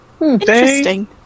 Interesting